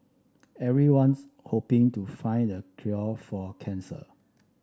everyone's hoping to find the cure for cancer